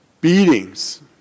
Beatings